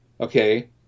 okay